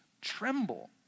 tremble